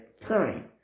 time